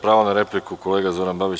Pravo na repliku, kolega Zoran Babić.